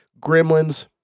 gremlins